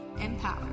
Empower